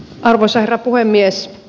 arvoisa herra puhemies